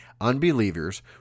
Unbelievers